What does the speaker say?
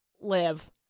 live